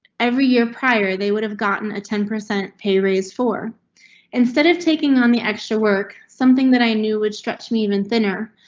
every year prior, they would have gotten a ten percent pay raise for instead of taking on the extra work, something that i knew would stretch me even thinner.